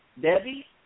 Debbie